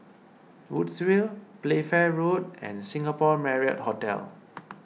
Woodsville Playfair Road and Singapore Marriott Hotel